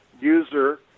user